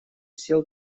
съел